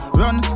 run